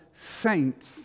saints